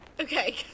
okay